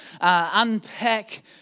unpack